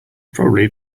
probably